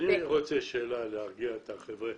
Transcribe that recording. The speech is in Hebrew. אני רוצה לשאול שאלה כדי להרגיע את החבר'ה.